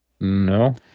No